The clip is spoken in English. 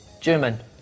German